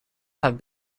have